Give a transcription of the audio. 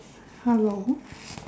hello